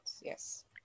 yes